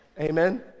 Amen